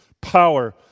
Power